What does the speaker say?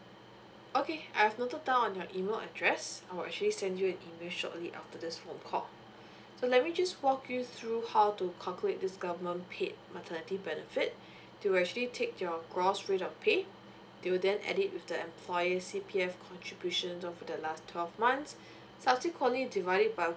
okay I've noted down on your email address I will actually send you an email shortly after this phone call so let me just walk you through how to calculate this government paid maternity benefit to actually take your gross rate of pay they will then add it with the employer's C_P_F contributions over the last twelve months subsequently divide it by